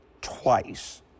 twice